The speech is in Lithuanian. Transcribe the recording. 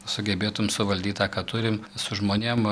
sugebėtum suvaldyt tą ką turim su žmonėm